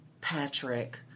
Patrick